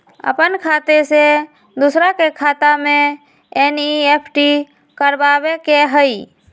अपन खाते से दूसरा के खाता में एन.ई.एफ.टी करवावे के हई?